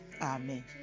Amen